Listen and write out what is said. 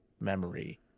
memory